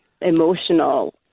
emotional